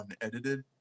unedited